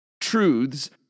truths